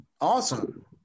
awesome